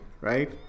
right